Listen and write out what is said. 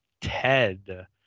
Ted